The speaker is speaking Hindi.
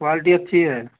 क्वालिटी अच्छी है